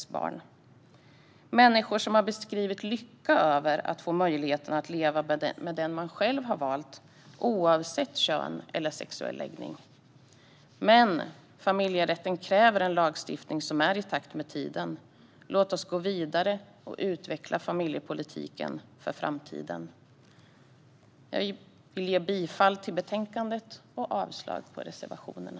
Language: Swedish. Jag har mött människor som har beskrivit lycka över att få möjlighet att leva med den de själva har valt, oavsett kön eller sexuell läggning. Familjerätten kräver dock en lagstiftning som är i takt med tiden. Låt oss därför gå vidare och utveckla en familjepolitik för framtiden. Jag yrkar bifall till utskottets förslag och avslag på reservationerna.